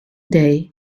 day